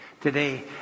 Today